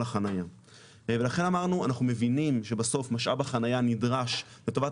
החניות ולכן אמרנו אנחנו מבינים שבסוף משאב החניה נדרש לטובת